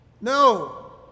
No